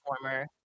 former